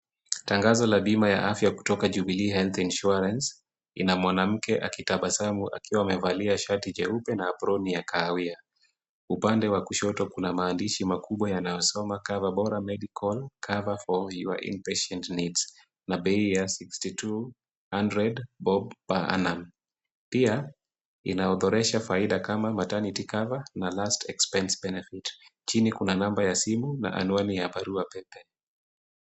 Tangaza la bima ya afya kutoka Jubilee Health Insurance inamwanamke akitabasamu akiwa amevalia shati jeupe na aproni ya kahawia. Upande wa kushoto kuna maandishi makubwa yanayosoma Cover Bora Medical Cover for your inpatient needs na bei ya sixty two, Hundred BOB per anum . Pia, inaodoresha faida kama Materninty cover na last expense benefit . Chini kuna namba ya simu na anuani ya barua pepe.